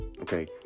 okay